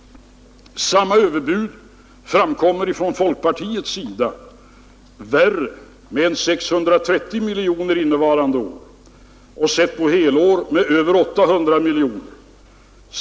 Samma överbud — eller värre — framkommer från folkpartiets sida med 630 miljoner kronor innevarande år och sett på helår med över 800 miljoner kronor.